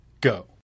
go